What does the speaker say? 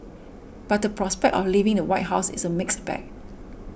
but the prospect of leaving the White House is a mixed bag